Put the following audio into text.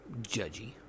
judgy